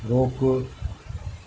रोकु